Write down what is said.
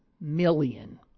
million